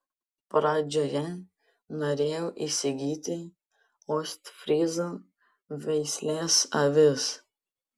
pradžioje norėjau įsigyti ostfryzų veislės avis